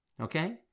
okay